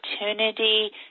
opportunity